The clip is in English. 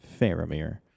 Faramir